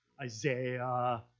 Isaiah